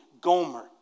Gomer